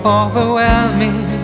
overwhelming